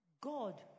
God